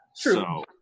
True